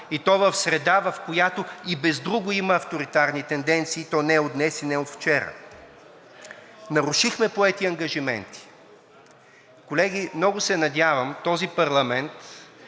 и то в среда, в която и бездруго има авторитарни тенденции, и то не от днес, и не от вчера. Нарушихме поети ангажименти. Колеги, много се надявам този парламент